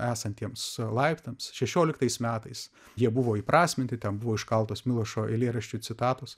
esantiems laiptams šešioliktais metais jie buvo įprasminti ten buvo iškaltos milošo eilėraščių citatos